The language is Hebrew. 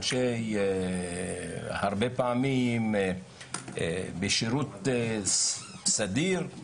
הרבה פעמים בשירות סדיר,